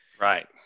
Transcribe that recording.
Right